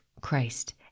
Christ